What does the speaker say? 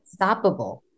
stoppable